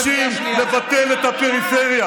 אנחנו נחושים לבטל את הפריפריה,